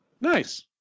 Nice